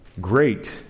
great